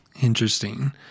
Interesting